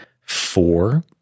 four